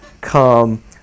come